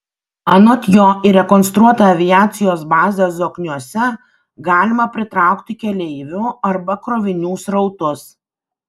anot jo į rekonstruotą aviacijos bazę zokniuose galima pritraukti keleivių arba krovinių srautus